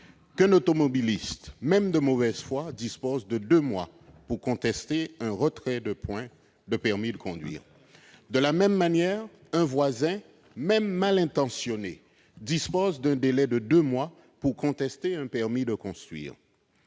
automobiliste, même de mauvaise foi, dispose de deux mois pour contester un retrait de points de permis de conduire. De la même manière, un voisin, même mal intentionné, dispose d'un délai de deux mois pour contester un permis de construire.